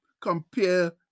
compare